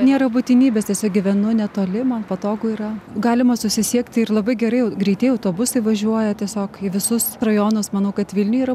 nėra būtinybės tiesiog gyvenu netoli man patogu yra galima susisiekti ir labai gerai greitieji autobusai važiuoja tiesiog į visus rajonus manau kad vilniuj yra